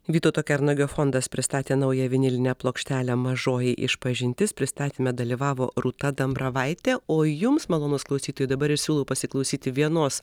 vytauto kernagio fondas pristatė naują vinilinę plokštelę mažoji išpažintis pristatyme dalyvavo rūta dambravaitė o jums malonūs klausytojai dabar siūlau pasiklausyti vienos